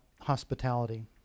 hospitality